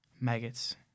Maggots